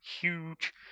huge